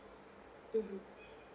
mmhmm